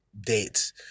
dates